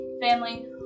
family